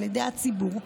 של הציבור,